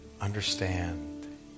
understand